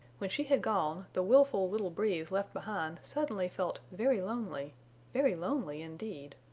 when she had gone, the willful little breeze left behind suddenly felt very lonely very lonely indeed!